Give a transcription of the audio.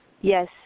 Yes